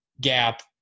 gap